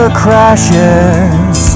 crashes